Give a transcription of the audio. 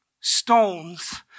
stones